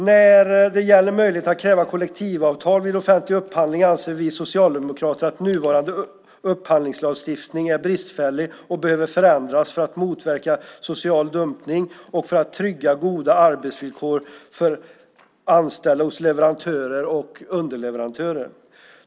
När det gäller möjligheten att kräva kollektivavtal vid offentlig upphandling anser vi socialdemokrater att nuvarande upphandlingslagstiftning är bristfällig och behöver förändras för att motverka social dumpning och för att trygga goda arbetsvillkor för anställda hos leverantörer och underleverantörer.